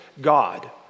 God